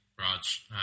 Raj